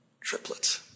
triplets